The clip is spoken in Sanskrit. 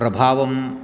प्रभावं